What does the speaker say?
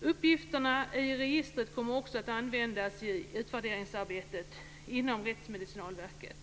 Uppgifterna i registret kommer också att användas i utvärderingsarbetet inom Rättsmedicinalverket.